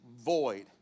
void